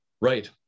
right